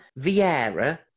Vieira